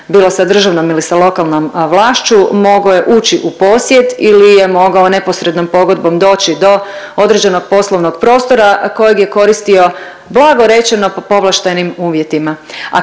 bilo sa državnom ili sa lokalnom vlašću mogao je ući u posjed ili je mogao neposrednom pogodbom doći do određenog poslovnog prostora kojeg je koristio blago rečeno po povlaštenim uvjetima,